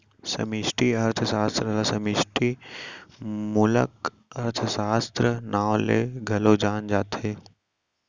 समस्टि अर्थसास्त्र ल समस्टि मूलक अर्थसास्त्र, नांव ले घलौ जाने जाथे